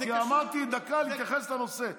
כי אמרתי להתייחס לנושא דקה.